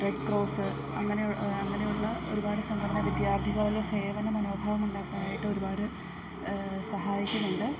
red cross അങ്ങനെ അങ്ങനെ ഉള്ള ഒരുപാട് സംഘടന വിദ്യാർത്ഥികളുടെ സേവന മനോഭാവമുണ്ടാക്കാനായിട്ട് ഒരുപാട് സഹായിക്കുന്നുണ്ട്